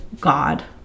God